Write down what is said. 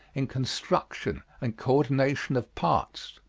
in construction and coordination of parts.